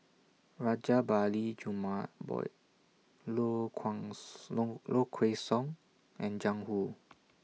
Rajabali Jumabhoy Low Low Kway Song and Jiang Hu